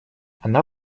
она